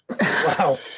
Wow